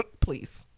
please